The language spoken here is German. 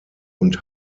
und